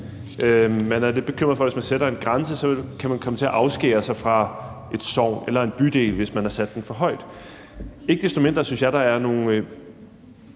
Man er lidt bekymret for, at hvis man sætter en grænse, kan man komme til at afskære sig fra et sogn eller en bydel, hvis man har sat antallet for højt. Ikke desto mindre synes jeg, at der er nogle